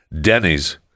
denny's